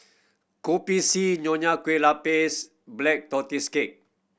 Kopi C Nonya Kueh Lapis Black Tortoise Cake